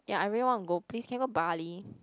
yeah I really want to go please can go Bali